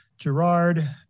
Gerard